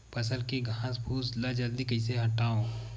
फसल के घासफुस ल जल्दी कइसे हटाव?